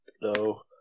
no